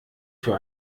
für